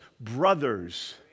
brothers